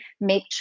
make